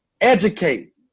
Educate